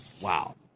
Wow